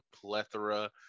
plethora